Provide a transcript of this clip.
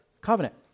covenant